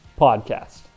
podcast